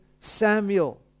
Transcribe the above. Samuel